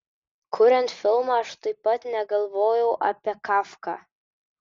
kuriant filmą aš taip pat negalvojau apie kafką